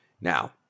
Now